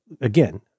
again